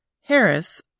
Harris